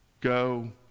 Go